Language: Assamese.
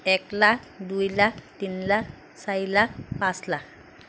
এক লাখ দুই লাখ তিনি লাখ চাৰি লাখ পাঁচ লাখ